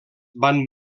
van